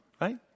right